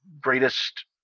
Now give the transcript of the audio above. greatest